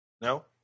No